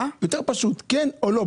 יותר פשוט כן או לא.